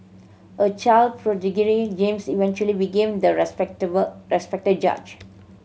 a child prodigy James eventually became the respectable respected judge